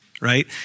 right